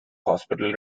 hospital